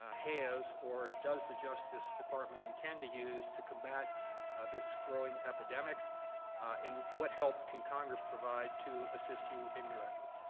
ah has or does the justice department intend to use to combat this growing epidemic and what help can congress provide to assist you in your efforts.